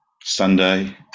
Sunday